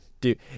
Dude